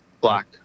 Black